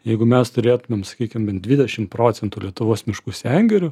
jeigu mes turėtumėm sakykim bent dvidešim procentų lietuvos miškų sengirių